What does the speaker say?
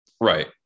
Right